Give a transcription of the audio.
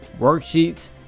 worksheets